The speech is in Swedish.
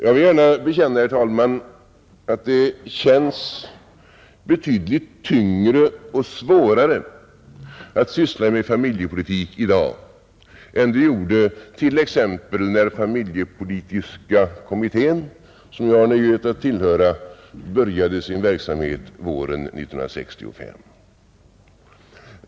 Jag vill gärna bekänna, herr talman, att det känns betydligt tyngre och svårare att syssla med familjepolitik i dag än det gjorde t.ex. när familjepolitiska kommittén, som jag har nöjet tillhöra, började sin verksamhet våren 1965.